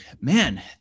man